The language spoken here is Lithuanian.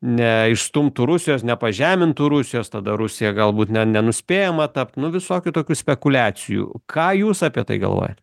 ne išstumtų rusijos nepažemintų rusijos tada rusija galbūt ne nenuspėjama tap nu visokių tokių spekuliacijų ką jūs apie tai galvojat